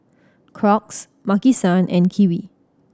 Crocs Maki San and Kiwi